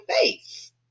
face